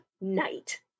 Night